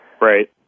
Right